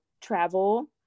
travel